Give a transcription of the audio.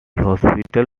hospital